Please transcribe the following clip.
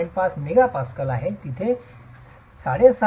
5 mega pascals आहेत जिथे 7